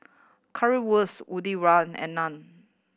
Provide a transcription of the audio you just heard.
Currywurst Medu Van and Naan